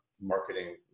marketing